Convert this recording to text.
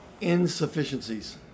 insufficiencies